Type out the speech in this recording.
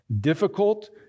difficult